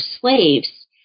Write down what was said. slaves